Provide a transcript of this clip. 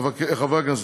חברי הכנסת,